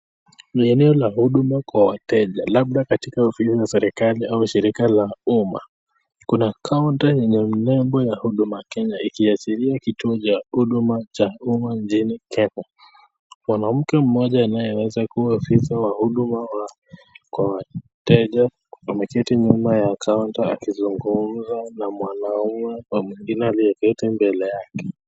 Ni eneo la huduma kwa wateja labda katika ofisi za serikali au shirika la umma. Kuna counter yenye nembo ya Huduma Kenya, ikiashiria kituo ya huduma cha umma nchini Kenya. Mwanamke mmoja anayeweza kua afisa wa huduma kwa wateja ameketi nyuma ya counter akizungumza na mwanaume na mwingine aliyeketi mbele yake.